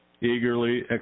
eagerly